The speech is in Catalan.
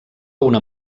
una